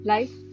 Life